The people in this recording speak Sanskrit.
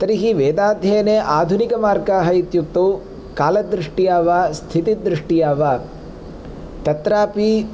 तर्हि वेदाध्ययने आधुनिकमार्गाः इत्युक्तौ कालदृष्ट्या वा स्थितिदृष्ट्या वा तत्रापि